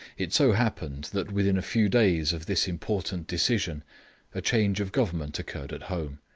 it so happened that within a few days of this important decision a change of government occurred at home,